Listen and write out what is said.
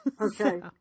okay